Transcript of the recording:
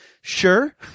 sure